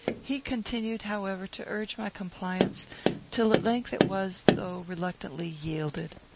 he continued, however, to urge my compliance till at length it was, though reluctantly, yielded.